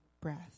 breath